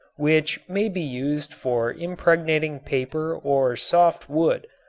which may be used for impregnating paper or soft wood,